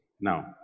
Now